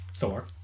Thor